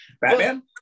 Batman